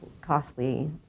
costly